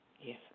Yes